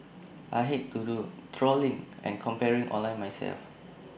I hate to do the trawling and comparing online myself